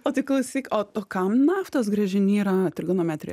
o tai klausyk o kam naftos gręžiny yra trigonometrija